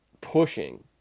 pushing